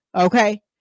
okay